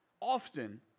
often